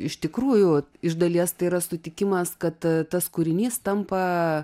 iš tikrųjų iš dalies tai yra sutikimas kad tas kūrinys tampa